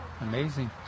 Amazing